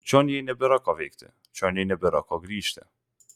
čion jai nebėra ko veikti čion jai nebėra ko grįžti